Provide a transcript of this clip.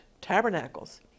tabernacles